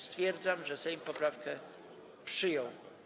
Stwierdzam, że Sejm poprawkę przyjął.